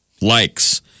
likes